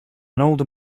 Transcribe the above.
older